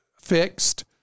fixed